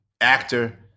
actor